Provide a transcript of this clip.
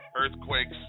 earthquakes